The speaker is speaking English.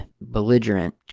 belligerent